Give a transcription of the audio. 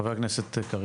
חבר הכנסת גלעד קריב.